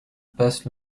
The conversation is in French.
passe